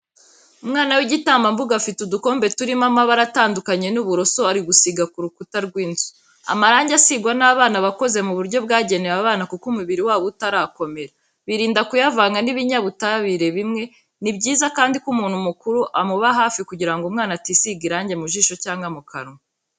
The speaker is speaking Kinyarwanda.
Umwana w'igitambambuga afite udukombe turimo amabara atandukanye n'uburoso ari gusiga ku rukuta rw'inzu. Amarangi asigwa n'abana aba akoze mu buryo bwagenewe abana kuko umubiri wabo uba utarakomera, birinda kuyavanga n'ibinyabutabire bimwe. Ni byiza kandi ko umuntu mukuru amuba hafi kugira ngo umwana atisiga irangi mu jisho cyangwa mu kanwa.